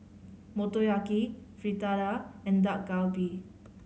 Motoyaki Fritada and Dak Galbi